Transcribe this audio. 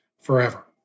forever